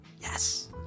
yes